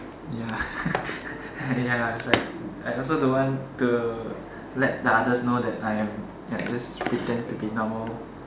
ya ya that's why I also don't want to let the others know that I am ya just pretend to be normal